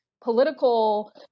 political